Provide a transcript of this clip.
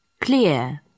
clear